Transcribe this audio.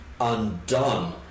undone